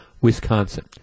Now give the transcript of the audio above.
Wisconsin